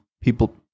People